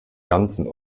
ganzen